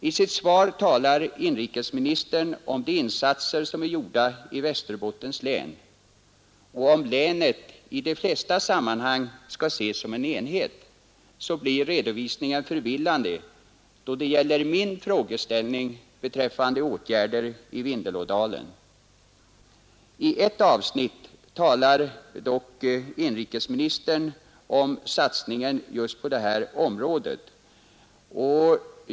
I sitt svar talar inrikesministern om de insatser som är gjorda i Västerbottens län, men om länet i de flesta sammanhang skall nämnas som en enhet blir redovisningen vilseledande, då det gäller min frågeställning beträffande åtgärder i Vindelådalen, I ett avsnitt talar dock inrikesministern om satsningen just på detta område.